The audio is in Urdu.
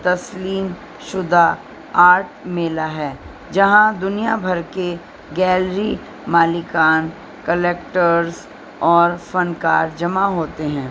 تسلیم شدہ آرٹ میلہ ہے جہاں دنیا بھر کے گیلری مالکان کلیکٹرس اور فنکار جمع ہوتے ہیں